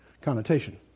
connotation